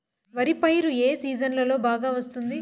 వరి పైరు ఏ సీజన్లలో బాగా వస్తుంది